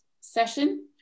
session